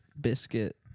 biscuit